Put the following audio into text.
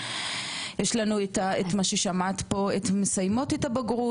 יש לנו את מה ששמעת פה את מסיימות את הבגרות,